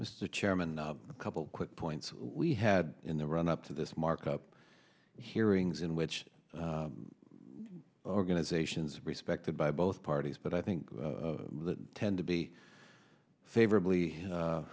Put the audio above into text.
mr chairman a couple of quick points we had in the run up to this markup hearings in which organizations respected by both parties but i think tend to be favorably